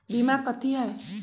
बीमा कथी है?